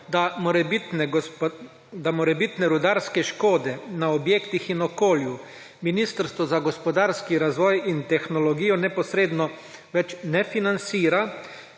da morebitne rudarske škode na objektih in okolju Ministrstvo za gospodarski razvoj in tehnologijo neposredno več ne financira,